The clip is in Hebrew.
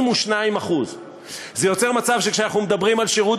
42%. זה יוצר מצב שכשאנחנו מדברים על שירות